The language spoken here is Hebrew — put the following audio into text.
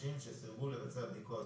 לאנשים שסירבו לבצע בדיקות.